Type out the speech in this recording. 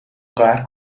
قهر